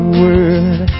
word